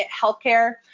healthcare